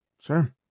sure